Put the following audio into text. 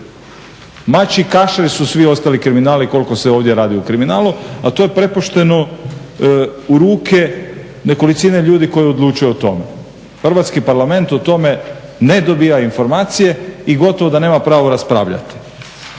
Mačji kašalj su svi ostali kriminali koliko se ovdje radi o kriminalu ali to je prepušteno u ruke nekolicine ljudi koji odlučuju o tome. Hrvatski parlament o tome ne dobiva informacije i gotovo da nema pravo raspravljati.